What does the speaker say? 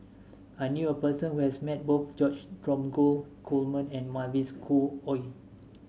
I knew a person who has met both George Dromgold Coleman and Mavis Khoo Oei